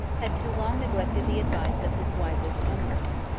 had too long neglected the advice of his wisest omrahs.